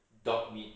dog meat